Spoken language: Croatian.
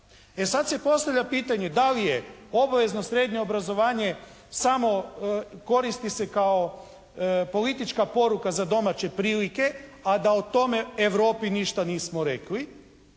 E sad se postavlja pitanje da li je obvezno srednje obrazovanje samo koristi se kao politička poruka za domaće prilike, a da o tome Europi ništa nismo rekli